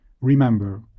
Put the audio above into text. remember